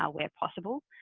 ah where possible.